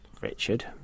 Richard